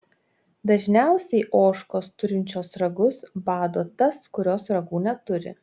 dažniausiai ožkos turinčios ragus bado tas kurios ragų neturi